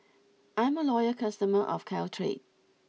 I'm a loyal customer of Caltrate